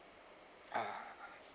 ah